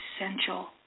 essential